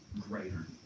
greater